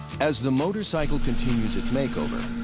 as the motorcycle continues its makeover,